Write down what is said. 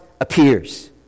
appears